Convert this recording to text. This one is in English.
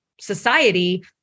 society